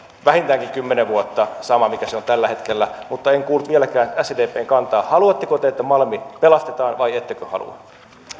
vähintäänkin kymmenen vuotta sama mikä se on tällä hetkellä mutta en kuullut vieläkään sdpn kantaa haluatteko te että malmi pelastetaan vai ettekö halua